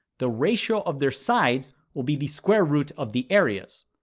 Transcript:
the ratio of their sides will be the square root of the areas.